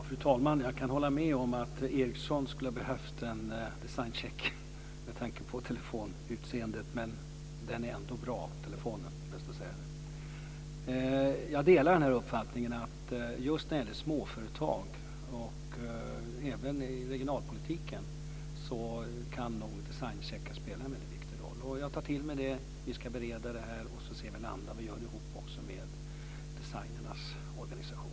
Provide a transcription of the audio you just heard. Fru talman! Jag kan hålla med om att Ericsson skulle ha behövt en designcheck med tanke på telefonutseendet, men telefonen är ändå bra. Det är bäst att säga det. Jag delar uppfattningen att designcheckar kan spela en väldigt viktig roll just när det gäller småföretag och även i regionalpolitiken. Jag tar till mig det. Vi ska bereda detta, och så ser vi var vi landar. Vi gör det ihop med designernas organisation.